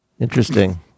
Interesting